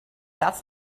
that’s